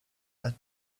that